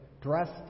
dressed